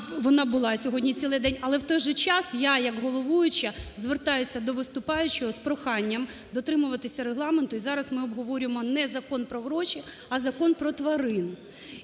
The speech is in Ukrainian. Вона була сьогодні цілий день. Але в той же час я як головуюча звертаюся до виступаючого з проханням дотримуватися регламенту. Зараз ми обговорюємо не закон про гроші, а Закон про тварин.